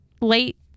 late